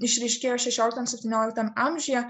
išryškėjo šešioliktam septynioliktam amžiuje